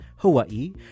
Hawaii